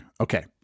Okay